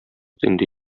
инде